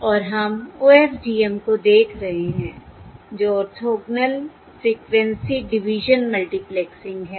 और हम OFDM को देख रहे हैं जो ऑर्थोगोनल फ्रिक्वेंसी डिवीजन मल्टीप्लेक्सिंग है